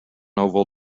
oval